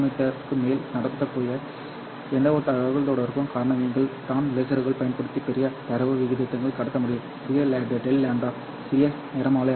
க்கு மேல் நடக்க வேண்டிய எந்தவொரு தகவல்தொடர்புக்கும் காரணம் நீங்கள் தான் லேசர்களைப் பயன்படுத்தி பெரிய தரவு விகிதங்களில் கடத்த முடியும் சிறிய ∆ λ சிறிய நிறமாலை அகலம்